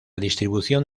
distribución